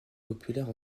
populaire